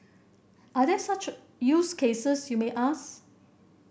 are there such use cases you may ask